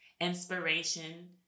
inspiration